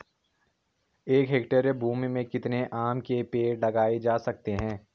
एक हेक्टेयर भूमि में कितने आम के पेड़ लगाए जा सकते हैं?